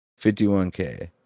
51k